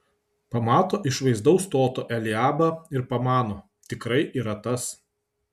pamato išvaizdaus stoto eliabą ir pamano tikrai yra tas